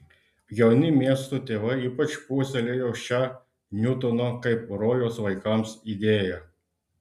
jauni miesto tėvai ypač puoselėjo šią niutono kaip rojaus vaikams idėją